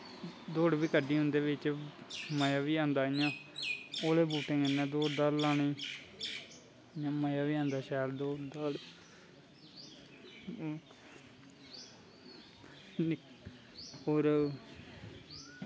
दौड़ बी कड्डी उंदै बिच्च मज़ा बी औंदा इयां ओह्लैं बूटै नै दौड़ लानें गी इयां मज़ा बी आंदा सैल दौड़ और